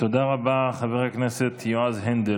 תודה רבה, חבר הכנסת יועז הנדל.